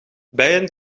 bijen